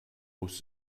muss